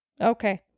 Okay